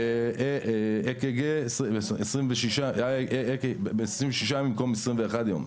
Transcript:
ב-א.ק.ג, 26 יום במקום 21 יום.